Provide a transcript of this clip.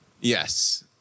Yes